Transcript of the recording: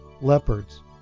leopards